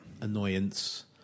annoyance